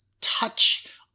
touch